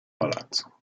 palazzo